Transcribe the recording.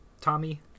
tommy